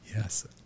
Yes